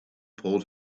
pulled